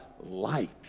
light